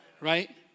right